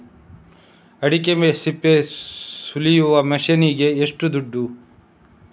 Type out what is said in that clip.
ಅಡಿಕೆ ಸಿಪ್ಪೆ ಸುಲಿಯುವ ಮಷೀನ್ ಗೆ ಏಷ್ಟು ದುಡ್ಡು?